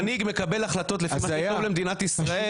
מנהיג מקבל החלטות לפי מה שטוב למדינת ישראל